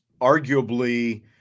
arguably